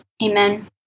Amen